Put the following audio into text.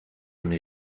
une